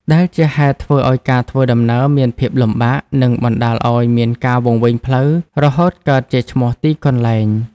ដែលជាហេតុធ្វើឲ្យការធ្វើដំណើរមានភាពលំបាក និងបណ្តាលឲ្យមានការវង្វេងផ្លូវរហូតកើតជាឈ្មោះទីកន្លែង។